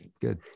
good